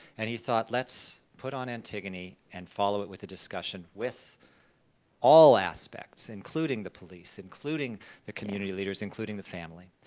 and he thought, let's put on antigone and follow it with a discussion with all aspects including the police, including the community leaders, including the family,